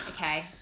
Okay